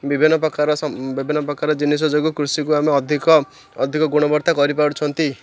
ବିଭିନ୍ନ ପ୍ରକାର ବିଭିନ୍ନ ପ୍ରକାର ଜିନିଷ ଯୋଗୁଁ କୃଷିକୁ ଆମେ ଅଧିକ ଅଧିକ ଗୁଣବତ୍ତା କରିପାରୁଛନ୍ତି